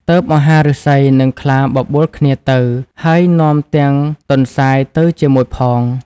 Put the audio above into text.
ទើបមហាឫសី និងខ្លាបបួលគ្នាទៅ ហើយនាំទាំងទន្សាយទៅជាមួយផង។